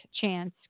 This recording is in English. chance